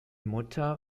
mutter